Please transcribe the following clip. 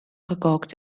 gekookt